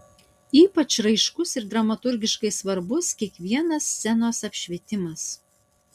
ypač raiškus ir dramaturgiškai svarbus kiekvienas scenos apšvietimas